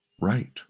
right